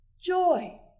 joy